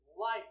life